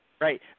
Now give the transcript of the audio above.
Right